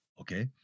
okay